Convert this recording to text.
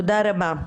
תודה רבה.